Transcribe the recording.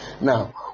Now